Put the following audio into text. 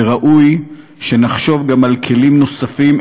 וראוי שנחשוב גם על כלים נוספים,